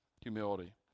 humility